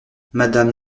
madame